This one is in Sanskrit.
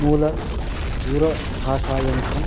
मूलदूरभाषायन्त्रम्